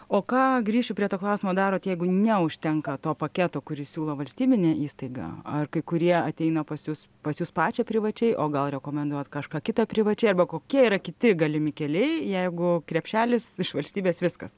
o ką grįšiu prie to klausimo darot jeigu neužtenka to paketo kurį siūlo valstybinė įstaiga ar kai kurie ateina pas jus pas jus pačią privačiai o gal rekomenduojat kažką kitą privačiai arba kokie yra kiti galimi keliai jeigu krepšelis iš valstybės viskas